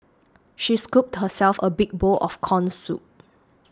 she scooped herself a big bowl of Corn Soup